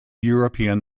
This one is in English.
european